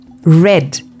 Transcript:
Red